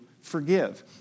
forgive